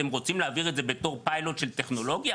אתם רוצים להעביר את זה בתור פיילוט של טכנולוגיה?